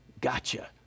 gotcha